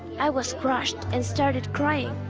i was crushed, and started crying,